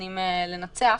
מתכוונים לנצח.